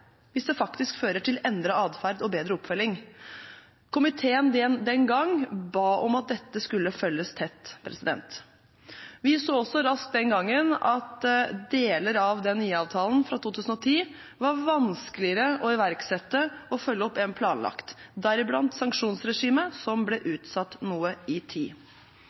hvis det faktisk fører til endret atferd og bedre oppfølging. Komiteen den gang ba om at dette skulle følges tett. Vi så også raskt den gangen at deler av IA-avtalen fra 2010 var vanskeligere å iverksette og følge opp enn planlagt, deriblant sanksjonsregimet som ble utsatt noe i tid.